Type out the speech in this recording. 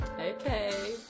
Okay